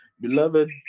beloved